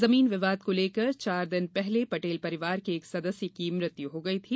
जमीन विवाद को लेकर चार दिन पहले पटेल परिवार के एक सदस्य की मृत्यु हो गयी थी